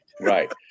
Right